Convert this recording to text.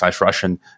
Russian